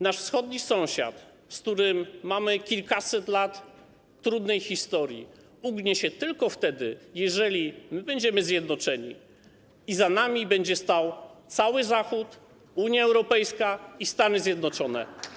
Nasz wschodni sąsiad, z którym łączy nas kilkaset lat trudnej historii, ugnie się tylko wtedy, jeżeli my będziemy zjednoczeni i za nami będzie stał cały Zachód, Unia Europejska i Stany Zjednoczone.